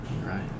Right